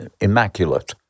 immaculate